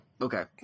Okay